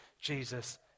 Jesus